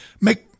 make